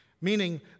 Meaning